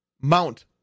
Mount